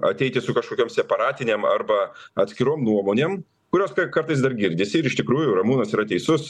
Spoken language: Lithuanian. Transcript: ateiti su kažkokiom separatinėm arba atskirom nuomonėm kurios ka kartais dar girdisi ir iš tikrųjų ramūnas yra teisus